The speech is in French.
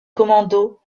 commandos